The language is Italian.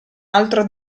altro